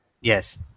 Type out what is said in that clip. Yes